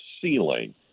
ceiling